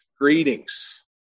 greetings